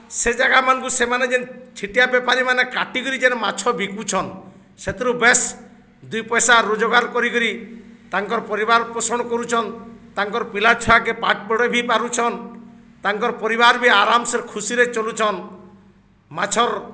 ସେ ଜାଗାମାନଙ୍କୁ ସେମାନେ ଯେନ୍ ଛିଟିଆ ବେପାରୀମାନେ କାଟିକିରି ଯେନ୍ ମାଛ ବିକୁଛନ୍ ସେଥିରୁ ବେଶ୍ ଦୁଇ ପଏସା ରୋଜଗାର୍ କରିକିରି ତାଙ୍କର୍ ପରିବାର୍ ପୋଷଣ୍ କରୁଛନ୍ ତାଙ୍କର୍ ପିଲା ଛୁଆକେ ପାଠ୍ ପଢ଼େଇ ବି ପାରୁଛନ୍ ତାଙ୍କର୍ ପରିବାର୍ ବି ଆରାମ୍ସେ ଖୁସିରେ ଚଲୁଛନ୍ ମାଛର୍